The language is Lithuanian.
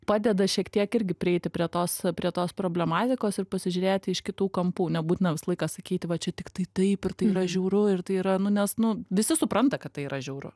padeda šiek tiek irgi prieiti prie tos prie tos problematikos ir pasižiūrėti iš kitų kampų nebūtina visą laiką sakyti va čia tiktai taip ir tai yra žiauru ir tai yra nu nes nu visi supranta kad tai yra žiauru